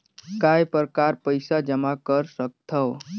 काय प्रकार पईसा जमा कर सकथव?